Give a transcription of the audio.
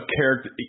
character